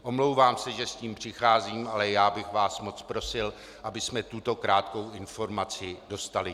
Omlouvám se, že s tím přicházím, ale já bych vás moc prosil, abychom tuto krátkou informaci dostali.